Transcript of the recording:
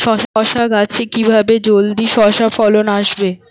শশা গাছে কিভাবে জলদি শশা ফলন আসবে?